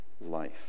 life